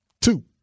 two